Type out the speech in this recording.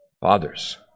Fathers